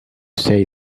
say